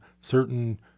certain